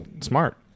smart